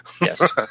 yes